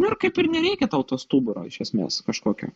nu ir kaip ir nereikia tau to stuburo iš esmės kažkokio